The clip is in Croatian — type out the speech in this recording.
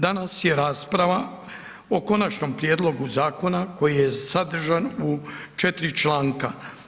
Danas je rasprava o Konačnom prijedlogu zakona koji je sadržan u 4 članka.